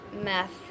meth